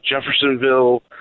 Jeffersonville